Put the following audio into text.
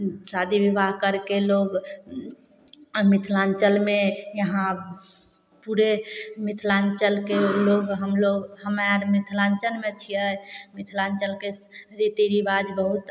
शादी विवाह करके लोग मिथलाञ्चलमे यहाँ पूरे मिथलाञ्चलके लोग हमलोग हम्मे आर मिथलाञ्चलमे छियै मिथलाञ्चलके रीति रिबाज बहुत